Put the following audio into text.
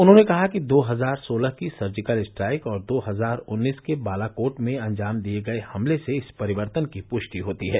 उन्होंने कहा कि दो हजार सोलह की सर्जिकल स्ट्राइक और दो हजार उन्नीस के बालाकोट में अंजाम दिये गये हमले से इस परिवर्तन की पुष्टि होती है